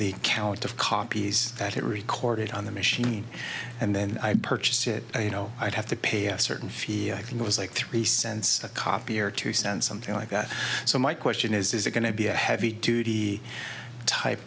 the count of copies that it recorded on the machine and then i purchased it you know i'd have to pay a certain fee it was like three cents a copy or to send something like that so my question is is it going to be a heavy duty type